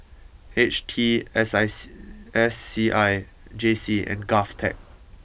H T S S S C I J C and Govtech